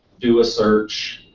do a search,